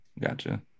Gotcha